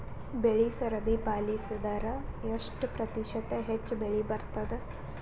ಬೆಳಿ ಸರದಿ ಪಾಲಸಿದರ ಎಷ್ಟ ಪ್ರತಿಶತ ಹೆಚ್ಚ ಬೆಳಿ ಬರತದ?